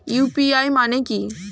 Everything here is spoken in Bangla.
ইউ.পি.আই মানে কি?